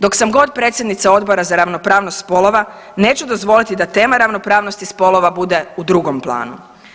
Dok sam god predsjednica Odbora za ravnopravnost spolova neću dozvoliti da tema ravnopravnosti spolova bude u drugom planu.